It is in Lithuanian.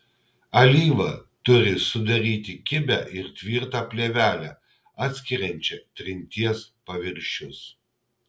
alyva turi sudaryti kibią ir tvirtą plėvelę atskiriančią trinties paviršius